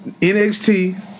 NXT